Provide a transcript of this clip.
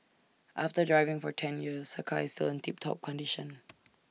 after driving for ten years her car is still in tip top condition